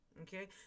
Okay